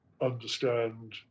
understand